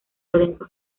lorenzo